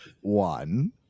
one